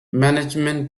management